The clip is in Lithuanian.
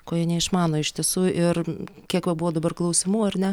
ko jie neišmano iš tiesų ir kiek va buvo dabar klausimų ar ne